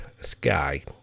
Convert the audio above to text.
sky